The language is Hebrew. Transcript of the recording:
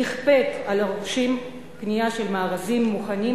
נכפית על הרוכשים קנייה של מארזים מוכנים,